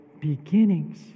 beginnings